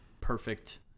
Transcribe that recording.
perfect